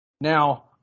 Now